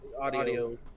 audio